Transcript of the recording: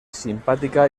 simpática